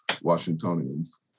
Washingtonians